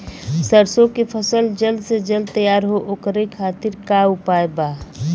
सरसो के फसल जल्द से जल्द तैयार हो ओकरे खातीर का उपाय बा?